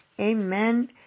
Amen